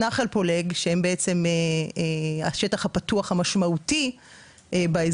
נחל פולג שהם בעצם השטח הפתוח המשמעותי באזור.